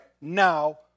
now